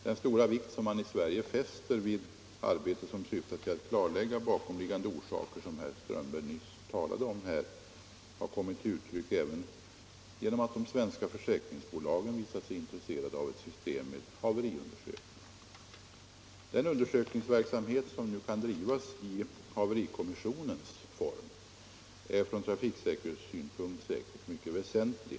Den stora vikt man i Sverige fäster vid arbete som syftar till att klarlägga de bakomliggande orsakerna till trafikolyckor och trafikskador som herr Strömberg nyss talade om har kommit till uttryck även genom att de svenska försäkringsbolagen har visat sig intresserade av ett system med haveriundersökningar. Den undersökningsverksamhet som kan drivas i haverikommissionens form är från trafiksäkerhetssynpunkt säkert mycket väsentlig.